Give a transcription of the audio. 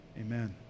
Amen